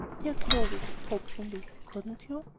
dear clovy, coaxingly, couldn't you?